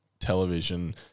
television